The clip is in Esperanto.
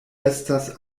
estas